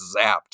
zapped